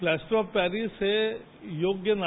plaster of Paris हे योग्य नाही